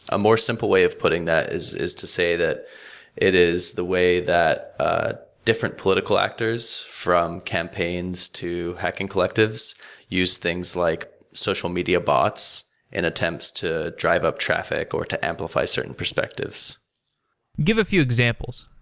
a more simple way of putting that is is to say that it is the way that ah different political actors from campaigns to hacking collectives use things like social media bots and attempts to drive up traffic, or to amplify certain perspectives give a few examples.